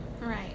Right